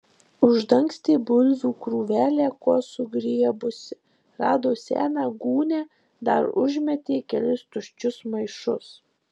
uždangstė bulvių krūvelę kuo sugriebusi rado seną gūnią dar užmetė kelis tuščius maišus